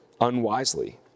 unwisely